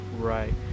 Right